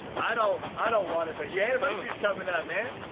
i don't i don't want it but your anniversary's coming up, man.